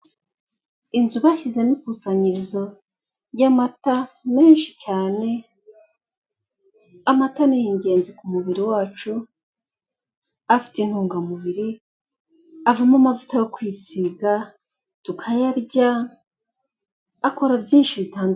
Inzu bashyizemo ikusanyirizo ry'amata menshi cyane, amata niy ingenzi ku mubiri wacu afite intungamubiri avamo amavuta yo kwisiga tukayarya, akora byinshi bitandukanye.